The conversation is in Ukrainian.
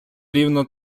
рівно